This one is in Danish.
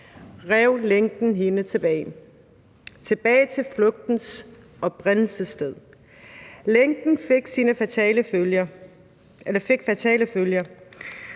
rev lænken hende tilbage; tilbage til flugtens oprindelsessted. Lænken fik fatale følger.